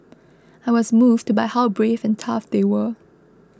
I was moved by how brave and tough they were